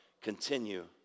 Continue